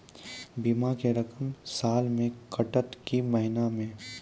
बीमा के रकम साल मे कटत कि महीना मे?